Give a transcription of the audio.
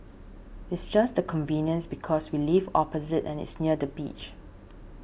it's just the convenience because we live opposite and it's near the beach